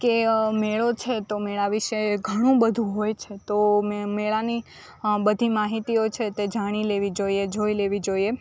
કે મેળો છે તો મેળા વિષે ઘણું બધું હોય છે તો મેં મેળાની બધી માહિતીઓ છે તે જાણી લેવી જોઈએ જોઈ લેવી જોઈએ